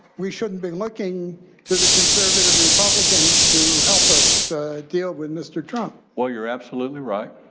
we shouldn't be looking to the conservative republicans to help us deal with mr. trump. well, you're absolutely right.